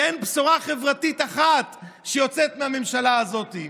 אין בשורה חברתית אחת שיוצאת מהממשלה הזאת.